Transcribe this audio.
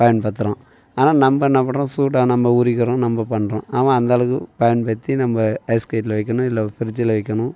பயன்படுத்துகிறான் ஆனால் நம்ம என்ன பண்ணுறோம் சூடாக நம்ம உரிக்கிறோம் நம்ம பண்ணுறோம் அவன் அந்தளவுக்கு பயன்படுத்தி நம்ம் ஐஸ்கட்டியில் வைக்கணும் இல்லை ஃப்ரிட்ஜுல் வைக்கணும்